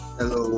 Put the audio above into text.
Hello